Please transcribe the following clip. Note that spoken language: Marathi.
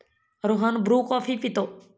रोहन ब्रू कॉफी पितो